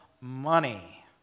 money